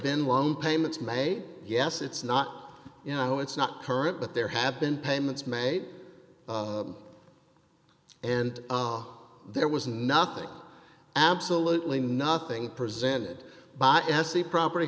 been one payments made yes it's not you know it's not current but there have been payments made and there was nothing absolutely nothing presented by s c property